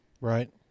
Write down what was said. Right